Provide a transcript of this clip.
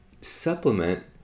supplement